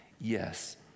yes